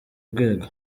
rwego